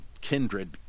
kindred